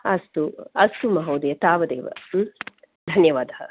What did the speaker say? अस्तु अस्तु महोदय तावदेव धन्यवादः